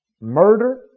Murder